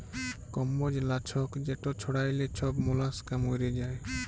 কম্বজ লাছক যেট ছড়াইলে ছব মলাস্কা মইরে যায়